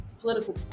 political